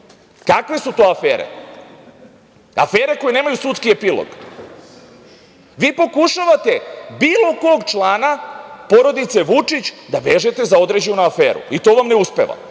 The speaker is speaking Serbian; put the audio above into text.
su to afere? Afere, koje nemaju sudski epilog. Vi pokušavate bilo kog člana, porodice Vučić, da vežete za određenu aferu i to vam ne uspeva,